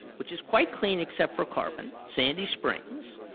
which is quite clean except for carbon, sandy springs,